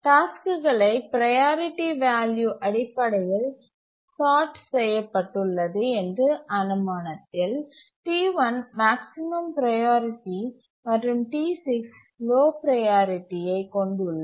டாஸ்க்களை priority value அடிப்படையில் sort செய்யப்பட்டுள்ளது என்ற அனுமானத்தில் T1 மேக்ஸிமம் ப்ரையாரிட்டி மற்றும் T6 லோ ப்ரையாரிட்டியை கொண்டு உள்ளது